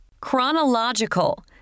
Chronological